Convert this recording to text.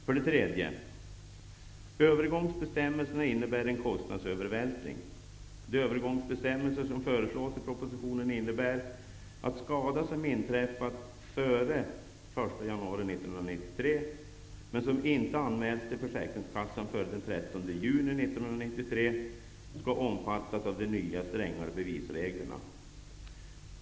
För det tredje: Övergångsbestämmelserna innebär en kostnadsövervältring. De övergångsbestämmelser som föreslås i propositionen innebär att skada som inträffat före den 1 januari 1993, men som inte anmälts till försäkringskassan före den 30 juni 1993, skall omfattas av de nya strängare bevisreglerna.